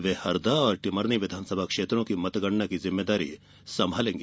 वे हरदा और टिमरनी विधानसभा क्षेत्रों की मतगणना की जिम्मेदारी संभालेंगी